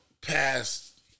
past